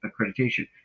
accreditation